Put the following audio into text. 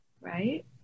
Right